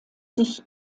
sich